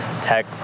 tech